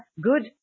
good